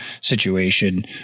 situation